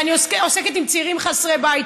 אני עוסקת בצעירים חסרי בית,